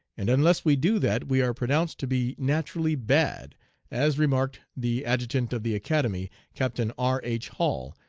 and unless we do that we are pronounced to be naturally bad' as remarked the adjutant of the academy, captain r. h. hall,